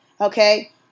Okay